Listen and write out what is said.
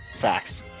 Facts